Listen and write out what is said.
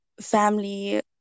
family